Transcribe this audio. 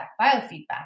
biofeedback